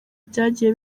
byagiye